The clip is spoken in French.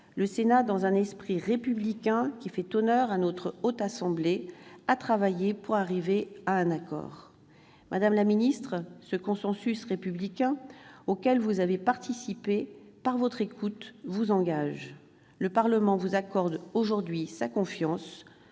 le Sénat, dans un esprit républicain qui fait honneur à la Haute Assemblée, a travaillé pour arriver à un accord. Madame la ministre, ce consensus républicain, auquel vous avez participé par votre écoute, vous engage. Le Parlement vous accorde aujourd'hui sa confiance